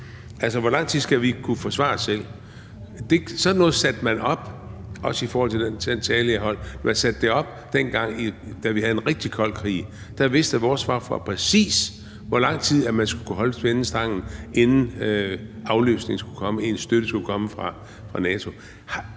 hvor lang tid skal vi kunne forsvare os selv? Sådan noget satte man op, også i forhold til den tale, jeg holdt. Man satte det op, dengang vi havde en rigtig kold krig. Der vidste vores forsvar præcist, hvor lang tid man skulle kunne holde fjenden stangen, inden afløsningen skulle komme, inden støtten skulle komme fra NATO.